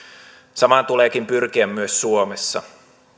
samaan tuleekin pyrkiä myös suomessa